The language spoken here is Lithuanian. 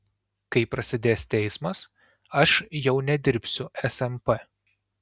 kai prasidės teismas aš jau nedirbsiu smp